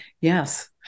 yes